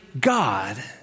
god